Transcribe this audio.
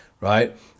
right